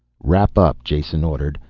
wrap up, jason ordered.